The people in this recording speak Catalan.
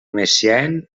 messiaen